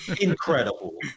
Incredible